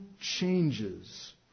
changes